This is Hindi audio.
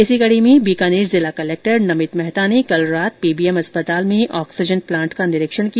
इसी कडी में बीकानेर में जिला कलक्टर नमित मेहता ने कल रात पीबीएम अस्पताल में ऑक्सीजन प्लांट का निरीक्षण किया